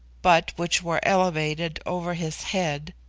but which were elevated over his head,